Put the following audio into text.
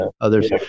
Others